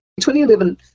2011